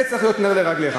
זה צריך להיות נר לרגליך.